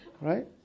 right